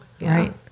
Right